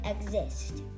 exist